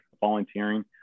volunteering